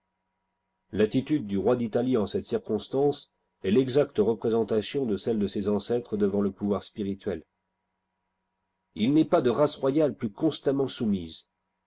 l'attitude du roi d'italie en cette circonstance est l'exacte représentation de celle de ses ancêtres devant le pouvoir spirituel il n'est pas de race royale plus constamment soumise